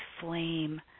flame